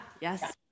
Yes